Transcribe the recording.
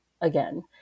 again